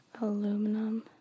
aluminum